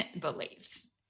beliefs